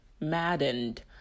maddened